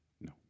No